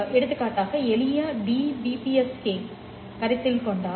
எடுத்துக்காட்டாக எளிய DBPSK ஐ கருத்தில் கொள்வோம்